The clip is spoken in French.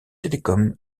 télécom